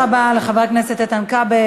תודה רבה לחבר הכנסת איתן כבל.